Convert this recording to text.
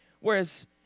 Whereas